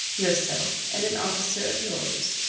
yourself and an officer of yours.